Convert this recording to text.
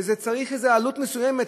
ולזה צריך עלות מסוימת,